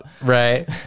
Right